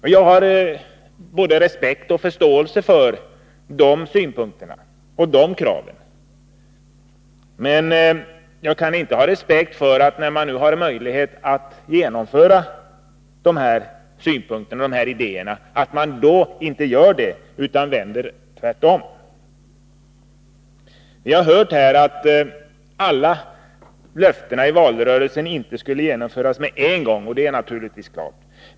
Jag har både respekt och förståelse för dessa synpunkter och dessa krav. Men jag kan inte ha respekt för att man, när man nu har möjlighet att genomföra sina idéer, inte går in för det utan gör helt om. Vi har här hört sägas att alla löften som gavs i valrörelsen inte skulle genomföras med en gång, och det är klart.